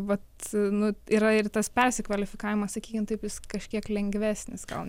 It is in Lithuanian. vat nu yra ir tas persikvalifikavimas sakykim taip jis kažkiek lengvesnis gal